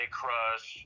crush